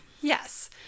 Yes